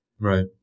Right